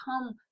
come